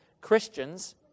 Christians